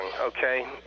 okay